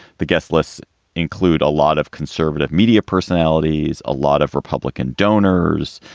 the guest list include a lot of conservative media personalities, a lot of republican donors,